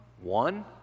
one